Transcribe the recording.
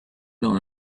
blown